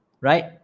right